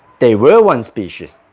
they were one species.